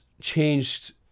changed